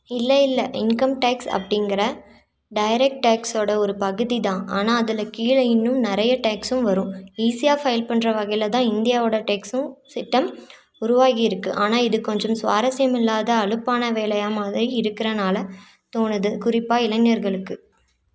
இல்லை இல்லை income tax அப்படிங்கிற டேரெக்ட் டேக்ஸோடய ஒரு பகுதி தான் ஆனால் அதில் கீழே இன்னும் நிறைய டேக்ஸும் வரும் ஈஸியா ஃபைல் பண்ணுற வகையில தான் இந்தியாவோடய டேக்ஸ்ஸும் சிஸ்டம் உருவாகி இருக்குது ஆனால் இது கொஞ்சம் சுவாரஸ்யமில்லாத அலுப்பான வேலையாமாக இருக்கிறதுனால தோணுது குறிப்பாக இளைஞர்களுக்கு